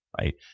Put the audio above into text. right